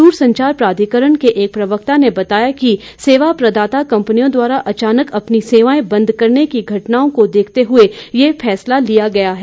दूरसंचार प्राधिकरण के एक प्रवक्ता ने बताया है कि सेवा प्रदाता कंपनियों द्वारा अचानक अपनी सेवाएं बंद करने की घटनाओं को देखते हुए ये फैसला लिया गया है